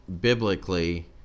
Biblically